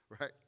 right